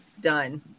done